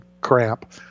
cramp